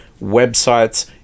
websites